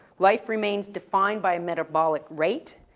life remains defined by metabolic rate,